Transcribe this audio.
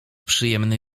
przyjemny